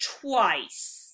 twice